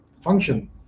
function